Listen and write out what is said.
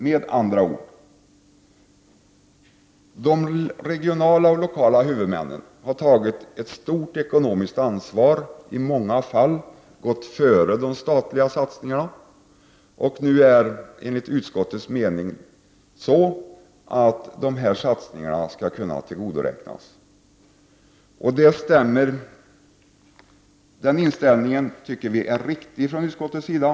De lokala och regionala huvudmännen har tagit ett stort ekonomiskt ansvar i många fall och har gått före i de statliga satsningarna. Enligt utskottets mening skall dessa satsningar kunna tillgodoräknas. Denna inställning tycker vi är riktig från utskottets sida.